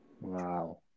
wow